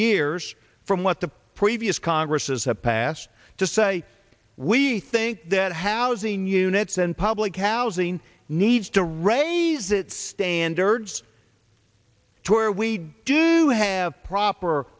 years from what the previous congresses have passed to say we think that housing units and public housing needs to raise that stand birds tour we do have proper